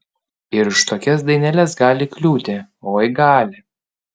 ir už tokias daineles gali kliūti oi gali